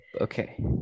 Okay